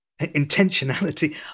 intentionality